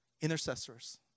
intercessors